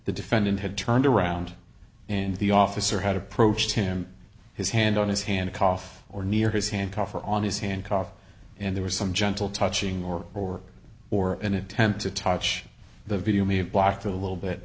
the defendant had turned around and the officer had approached him his hand on his hand cough or near his handcuff or on his hand cough and there was some gentle touching or or or an attempt to touch the video may have blocked a little